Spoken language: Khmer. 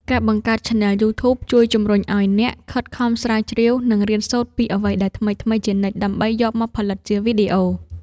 ការបង្កើតឆានែលយូធូប ជួយជម្រុញឱ្យអ្នកខិតខំស្រាវជ្រាវ និងរៀនសូត្រពីអ្វីដែលថ្មីៗជានិច្ច ដើម្បីយកមកផលិតជាវីដេអូ។